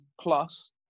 plus